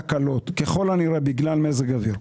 ככל הנראה בגלל מזג האוויר,